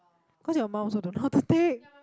cause your mum also don't know how to take